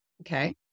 Okay